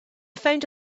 found